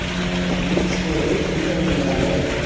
CIBIL score ఎంత ఉండాలే?